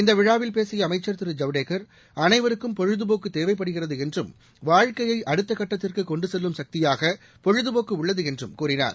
இந்த விழாவில் பேசிய அமைச்சர் திரு ஜவடேகர் அனைவருக்கும் பொழுதுபோக்கு தேவைப்படுகிறது என்றும் வாழ்க்கையை அடுத்த கட்டத்திற்கு கொண்டு செல்லும் சக்தியாக பொழுதபோக்கு உள்ளது என்றும் கூறினார்